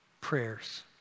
prayers